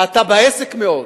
אתה בעסק מאוד.